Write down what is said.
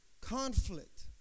conflict